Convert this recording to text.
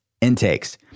intakes